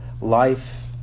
life